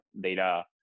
data